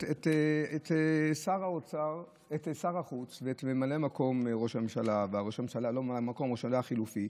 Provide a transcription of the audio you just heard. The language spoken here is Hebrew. את שר החוץ ואת ראש הממשלה החלופי.